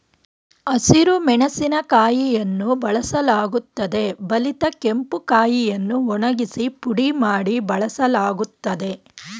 ಹಸಿರು ಮೆಣಸಿನಕಾಯಿಯನ್ನು ಬಳಸಲಾಗುತ್ತದೆ ಬಲಿತ ಕೆಂಪು ಕಾಯಿಯನ್ನು ಒಣಗಿಸಿ ಪುಡಿ ಮಾಡಿ ಬಳಸಲಾಗ್ತದೆ